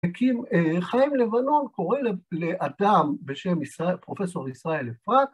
כי חיים לבנון קורא לאדם בשם ישראל, פרופסור ישראל אפרת